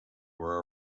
were